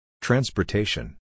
Transportation